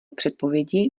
předpovědi